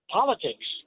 politics